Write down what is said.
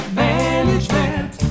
management